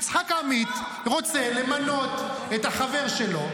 יצחק עמית רוצה למנות את החבר שלו,